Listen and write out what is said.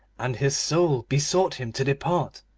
and his soul besought him to depart,